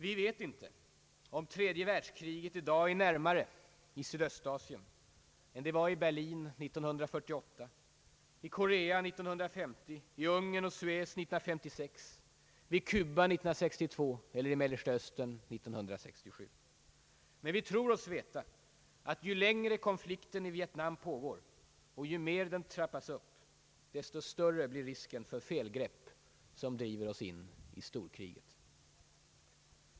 Vi vet inte om tredje världskriget i dag är närmare i Sydöstasien än det var i Berlin 1948, i Korea 1950, i Ungern och Suez 1956, vid Kuba 1962 eller i Mellersta Östern 1967. Men vi tror oss veta att ju längre konflikten i Vietnam pågår och ju mer den trappas upp desto större blir risken för felgrepp som driver oss in i storkriget.